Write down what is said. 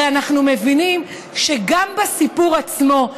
הרי אנחנו מבינים שגם בסיפור עצמו,